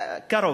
קרוב.